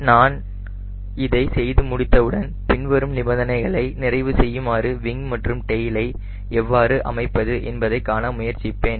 இதை நான் செய்து முடித்தவுடன் பின்வரும் நிபந்தனைகளை நிறைவு செய்யுமாறு விங் மற்றும் டெயிலை நான் எவ்வாறு அமைப்பது என்பதைக் காண முயற்சிப்பேன்